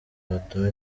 batuma